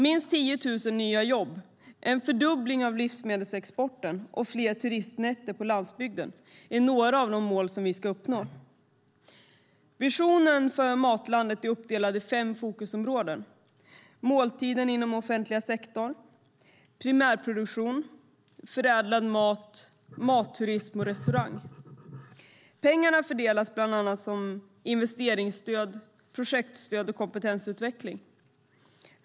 Minst 10 000 nya jobb, en fördubbling av livsmedelsexporten och fler turistnätter på landsbygden är några av de mål som vi ska uppnå. Visionen för Matlandet är uppdelad i fem fokusområden: måltiden inom den offentliga sektorn, primärproduktion, förädlad mat, matturism och restaurang. Pengarna fördelas bland annat som investeringsstöd, projektstöd och kompetensutveckling.